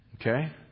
Okay